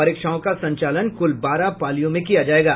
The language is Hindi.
परीक्षाओं का संचालन कुल बारह पालियों में किया जायेगा